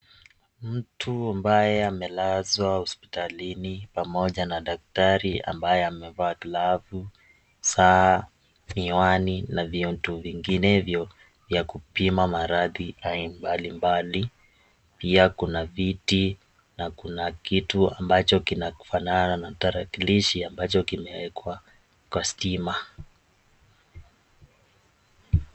Mtu ambaye amelazwa hospitalini pamoja na daktari ambaye amevaa glavu, saa, miwani na vitu vinginevyo vya kupima maradhi mbali mbali, pia kuna viti na kuna kitu ambacho kinafanana na tarakilishi ambacho kimewekwa kwa stima.